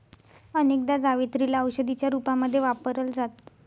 अनेकदा जावेत्री ला औषधीच्या रूपामध्ये वापरल जात